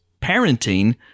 parenting